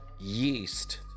yeast